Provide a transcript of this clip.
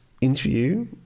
interview